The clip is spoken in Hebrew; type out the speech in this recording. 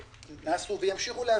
נעשו, וימשיכו להיעשות.